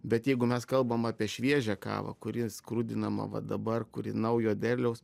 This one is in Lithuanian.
bet jeigu mes kalbam apie šviežią kavą kuri skrudinama va dabar kuri naujo derliaus